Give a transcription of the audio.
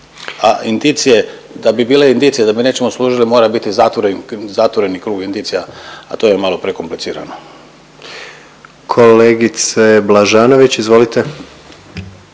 A indicije da bi bile indicije da bi nečemu služile mora biti zatvoren, zatvoreni krug indicija a to je malo prekomplicirano. **Jandroković, Gordan